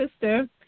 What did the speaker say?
sister